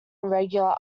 regular